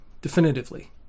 definitively